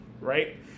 right